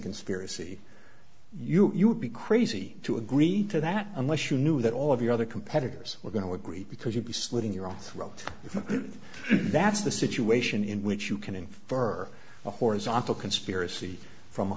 conspiracy you you would be crazy to agree to that unless you knew that all of your other competitors were going to agree because you'd be slitting your own throat if that's the situation in which you can infer a horizontal conspiracy from